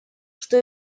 что